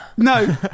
No